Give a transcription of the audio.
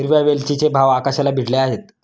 हिरव्या वेलचीचे भाव आकाशाला भिडले आहेत